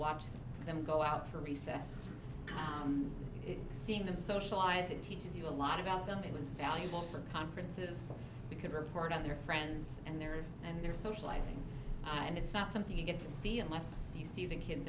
watch them go out for recess seeing them socialize it teaches you a lot about them it was valuable for conferences because report on their friends and their and their socializing and it's not something you get to see unless you see the kids